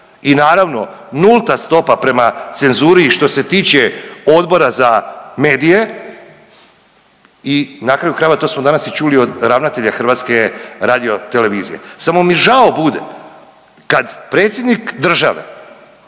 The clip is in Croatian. i naravno nulta stopa prema cenzuri i što se tiče Odbora za medije i na kraju krajeva to smo danas i čuli od ravnatelja HRT-a. Samo mi žao bude kad predsjednik države